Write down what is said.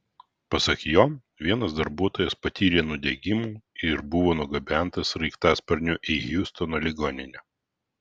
pasak jo vienas darbuotojas patyrė nudegimų ir buvo nugabentas sraigtasparniu į hjustono ligoninę